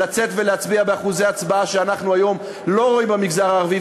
לצאת ולהצביע באחוזי הצבעה שאנחנו לא רואים היום במגזר הערבי.